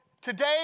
today